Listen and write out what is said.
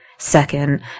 Second